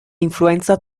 influenza